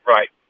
Right